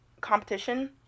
competition